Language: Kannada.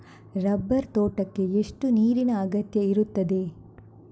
ರಬ್ಬರ್ ತೋಟಕ್ಕೆ ಎಷ್ಟು ನೀರಿನ ಅಗತ್ಯ ಇರುತ್ತದೆ?